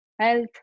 health